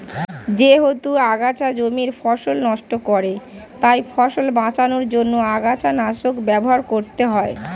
যেহেতু আগাছা জমির ফসল নষ্ট করে তাই ফসল বাঁচানোর জন্য আগাছানাশক ব্যবহার করতে হয়